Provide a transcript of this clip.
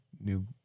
new